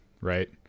right